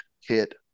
hit